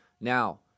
Now